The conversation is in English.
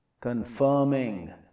Confirming